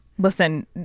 Listen